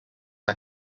are